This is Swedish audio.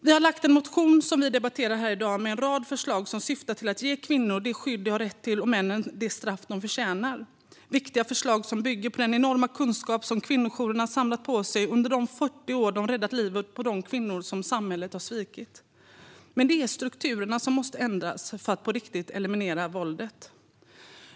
Vi har lagt fram en motion, som vi debatterar här i dag, med en rad förslag som syftar till att ge kvinnor det skydd de har rätt till och att ge männen det straff de förtjänar. Detta är viktiga förslag, som bygger på den enorma kunskap som kvinnojourerna samlat på sig under de 40 år de räddat livet på kvinnor som samhället har svikit. Men det är strukturerna som måste ändras för att på riktigt eliminera våldet.